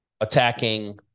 attacking